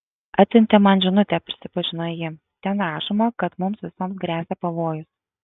atsiuntė man žinutę prisipažino ji ten rašoma kad mums visoms gresia pavojus